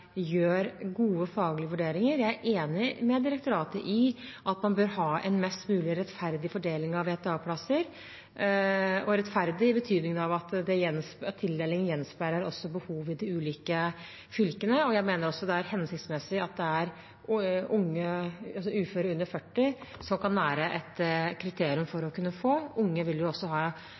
gjør gode faglige vurderinger. Jeg er enig med direktoratet i at man bør ha en mest mulig rettferdig fordeling av VTA-plasser – rettferdig i betydningen at tildelingen gjenspeiler behovet i de ulike fylkene. Jeg mener også at det er hensiktsmessig at kriteriet er unge uføre under 40 år. Unge vil også ha flere år igjen i arbeidslivet. Slik sett vil det være riktig. Det viktigste nå er å